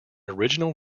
original